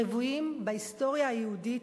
רוויים בהיסטוריה היהודית,